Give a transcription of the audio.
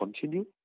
continue